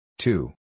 Two